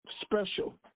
special